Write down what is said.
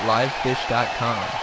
LiveFish.com